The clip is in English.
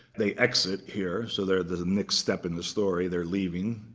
they exit here, so they're at the next step in the story. they're leaving.